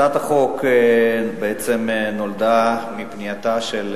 הצעת החוק נולדה מפנייתה של